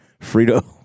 Frito